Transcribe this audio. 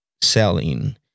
selling